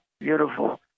beautiful